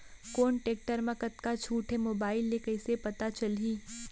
कोन टेकटर म कतका छूट हे, मोबाईल ले कइसे पता चलही?